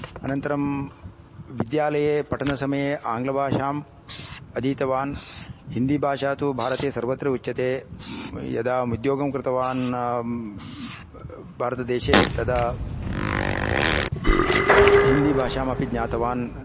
अनन्तरं विद्यालये पठनसमये आङ्ग्लभाषां अधीतवान् हिन्दीभाषा तु भारते सर्वत्र उच्यते यदा उद्योगं कृतवान् भारतदेशे तदा हिन्दीभाषाम् अपि ज्ञातवान्